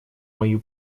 мою